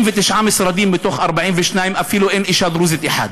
משרדים מתוך 42 אין אפילו אישה דרוזית אחת.